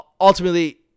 ultimately